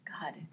God